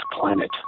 Planet